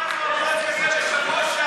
אבל אורן, אנחנו הצבענו על חוק כזה בשבוע שעבר.